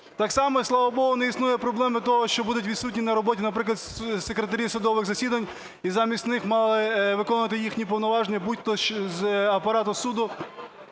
Так само, і слава богу, не існує проблеми того, що будуть відсутні на роботі, наприклад, секретарі судових засідань. І замість них мали виконувати їхні повноваження будь-хто з апарату суду,